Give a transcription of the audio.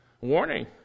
warning